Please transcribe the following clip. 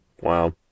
wow